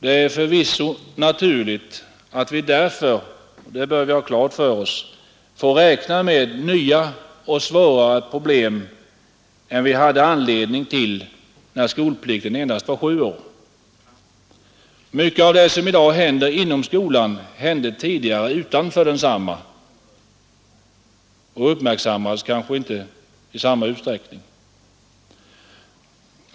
Det är förvisso naturligt — det bör vi ha klart för oss — att vi därför får räkna med nya och svårare problem än vi hade anledning till när skolplikten endast var sju år. Mycket av det som i dag händer inom skolan hände tidigare utanför denna och uppmärksammades kanske inte i samma utsträckning.